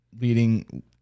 leading